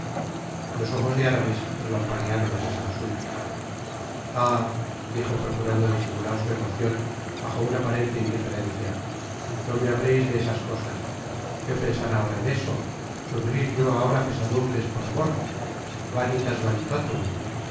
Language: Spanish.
los ojos de aramis relampaguearon á pesar suyo ah dijo procurando disimular su emocion bajo una aparente indiferencia no me hableis de esas cosas yo pensar ahora en eso sufrir yo ahora pesadumbres por amor vanitas